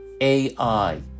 AI